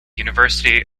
university